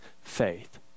faith